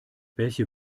welche